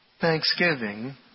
thanksgiving